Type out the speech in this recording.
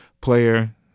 player